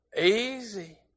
easy